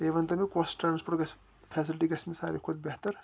بیٚیہِ ؤنۍتو مےٚ کۄس ٹرٛانسپوٹ گژھِ فٮ۪سلٹی گژھِ مےٚ ساروی کھۄتہٕ بہتَر